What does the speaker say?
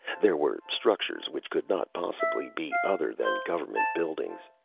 there were structures which could not possibly be other than government buildings.